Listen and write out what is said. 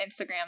Instagram